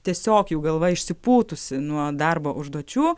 tiesiog jau galva išsipūtusi nuo darbo užduočių